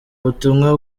butumwa